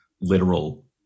literal